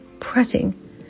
pressing